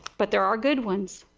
but there are good ones.